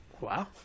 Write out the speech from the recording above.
Wow